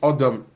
Adam